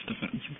defensive